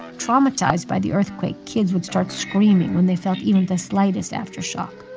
traumatized by the earthquake, kids would start screaming when they felt even the slightest aftershock